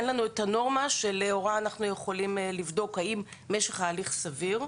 שאין לנו את הנורמה שלאורה אנחנו יכולים לבדוק האם משך ההליך הוא סביר.